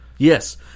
Yes